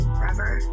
forever